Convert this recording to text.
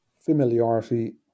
familiarity